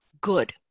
good